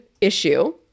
issue